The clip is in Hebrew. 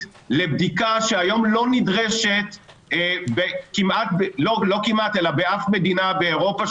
לבדיקה שהיום לא נדרשת באף מדינה באירופה.